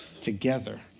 together